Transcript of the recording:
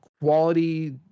quality